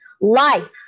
life